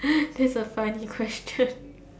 that's a funny question